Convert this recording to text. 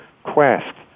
quest